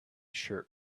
shirt